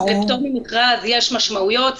לפטור ממכרז יש משמעויות,